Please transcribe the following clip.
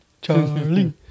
Charlie